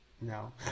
No